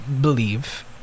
believe